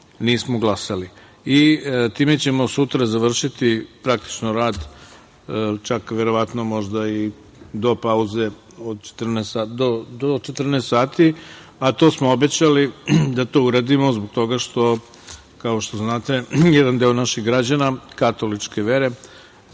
nismo glasali. Time ćemo sutra završiti praktično rad, čak verovatno možda i do 14 sati, a to smo obećali da to uradimo zbog toga što, kao što znate, jedan deo naših građana katoličke vere